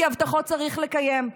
כי הבטחות צריך לקיים.